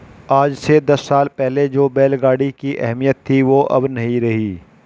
आज से दस साल पहले जो बैल गाड़ी की अहमियत थी वो अब नही रही